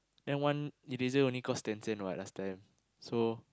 then one eraser only cost ten cent what last time so